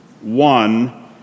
One